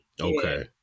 okay